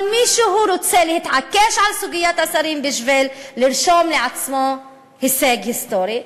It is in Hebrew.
אבל מישהו רוצה להתעקש על סוגיית השרים בשביל לרשום לעצמו הישג היסטורי,